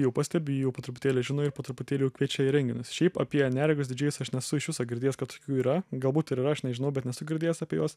jau pastebi jau po truputėlį žino ir po truputėlį jau kviečia į renginius šiaip apie neregius didžėjus aš nesu iš viso girdėjęs kad tokių yra galbūt ir yra aš nežinau bet nesu girdėjęs apie juos